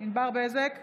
ענבר בזק,